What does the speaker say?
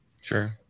Sure